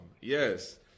Yes